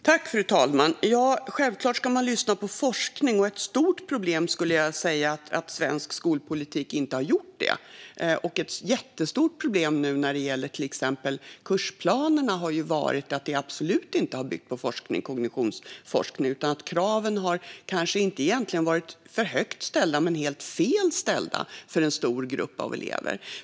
Fru talman! Självklart ska man lyssna på forskning. Jag skulle säga att det är ett stort problem att svensk skolpolitik inte har gjort det. Det är ett jättestort problem nu när det gäller till exempel kursplanerna att de absolut inte har byggt på kognitionsforskning. Kraven har kanske inte varit för högt ställda, men helt fel ställda för en stor grupp av elever.